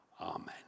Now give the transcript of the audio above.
Amen